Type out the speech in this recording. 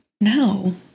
no